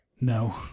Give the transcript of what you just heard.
no